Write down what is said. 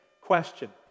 question